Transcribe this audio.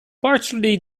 partially